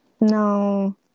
no